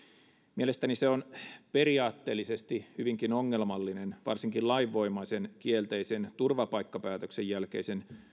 mielestäni se on periaatteellisesti hyvinkin ongelmallinen varsinkin lainvoimaisen kielteisen turvapaikkapäätöksen jälkeisen